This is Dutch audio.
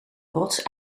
rots